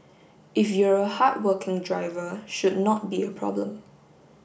if you're a hardworking driver should not be a problem